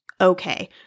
okay